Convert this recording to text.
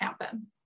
happen